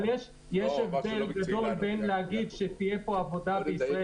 -- אבל יש הבדל גדול בין להגיד שתהיה עבודה בישראל